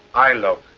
i look.